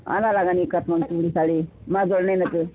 आणावी लागेल विकत मग पिवळी साडी माझ्याजवळ नाही ना ते